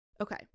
Okay